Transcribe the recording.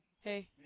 hey